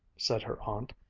said her aunt,